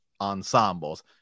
ensembles